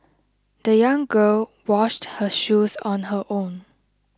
the young girl washed her shoes on her own